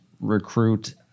recruit